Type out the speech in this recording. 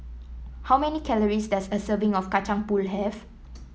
how many calories does a serving of Kacang Pool have